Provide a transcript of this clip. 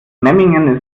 memmingen